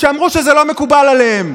שאמר שזה לא מקובל עליו.